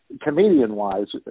comedian-wise